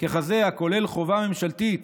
ככזה הכולל חובה ממשלתית